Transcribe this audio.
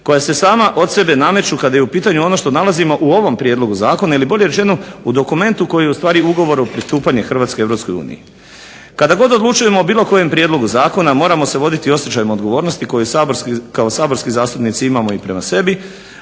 koja se sama od sebe nameću kada je u pitanju ono što nalazimo u ovom prijedlogu zakona ili bolje rečeno u dokumentu koji je ustvari ugovor o pristupanju Hrvatske EU. Kada god odlučujemo o bilo kojem prijedlogu zakona moramo se voditi osjećajima odgovornosti koji kao saborski zastupnici imamo i prema sebi,